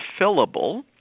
fillable